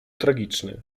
tragiczny